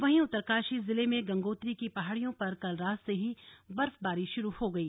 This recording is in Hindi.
वहीं उत्तरकाशी जिले में गंगोत्री की पहाड़ियों पर कल रात से ही बर्फबारी शुरू हो गई